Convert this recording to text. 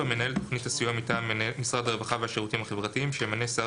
מנהל תוכנית הסיוע מטעם משרד הרווחה והביטחון החברתי שימנה שר